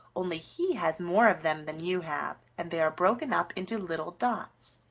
only he has more of them than you have, and they are broken up into little dots.